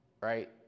right